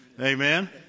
amen